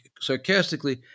sarcastically